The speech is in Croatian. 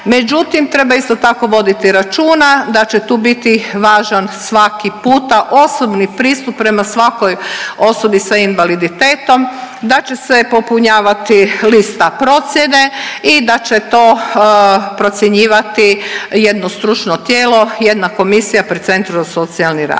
Međutim, treba isto tako voditi računa da će tu biti važan svaki puta osobni pristup prema svakoj osobi sa invaliditetom, da će se popunjavati lista procjene i da će to procjenjivati jedno stručno tijelo, jedna komisija pri centru za socijalni rad.